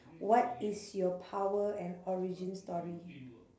what is your power and origin story